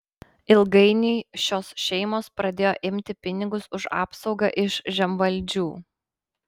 ilgainiui šios šeimos pradėjo imti pinigus už apsaugą iš žemvaldžių